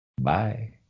bye